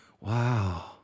Wow